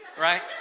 Right